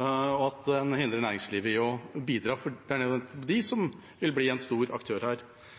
og at de hindrer næringslivet i å bidra, for det er de som vil bli en stor aktør her.